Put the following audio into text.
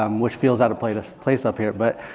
um which feels out of place a place up here. but